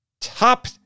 top